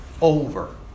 over